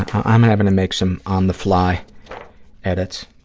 i'm having to make some on-the-fly edits.